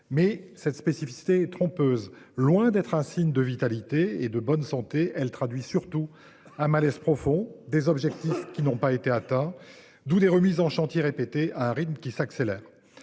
Mais cette spécificité trompeuse loin d'être un signe de vitalité et de bonne santé. Elle traduit surtout un malaise profond des objectifs qui n'ont pas été atteints d'où des remises en chantier répéter à un rythme qui s'accélère.